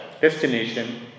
destination